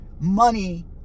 money